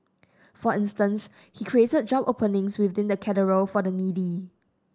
for instance he created job openings within the Cathedral for the needy